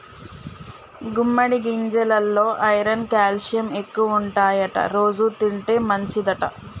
గుమ్మడి గింజెలల్లో iron calcium ఎక్కువుంటాయట రోజు తింటే మంచిదంట